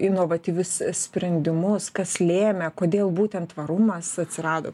inovatyvius sprendimus kas lėmė kodėl būtent tvarumas atsirado